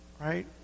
right